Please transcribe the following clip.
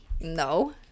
No